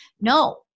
No